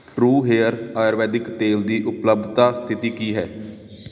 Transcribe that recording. true hair Ayurvedic ਤੇਲ ਦੀ ਉਪਲਬਧਤਾ ਸਥਿਤੀ ਕੀ ਹੈ